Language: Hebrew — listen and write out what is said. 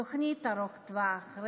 תוכנית ארוכת טווח,